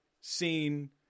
seen